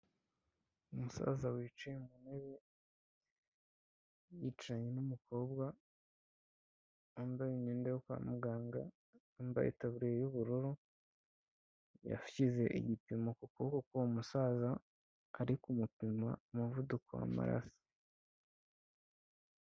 Umusaza wicaye mu ntebe, yicaye n'umukobwa wambaye imyenda yo kwa muganga wambaye itaburiya y'ubururu yashyize igipimo ku kuboko k'uwo musaza ari kumupima umuvuduko w'amararaso.